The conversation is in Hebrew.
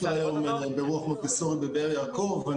כיום אני מנהל בית ספר ברוח מונטסורי בבאר יעקב.